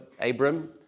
Abram